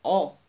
oo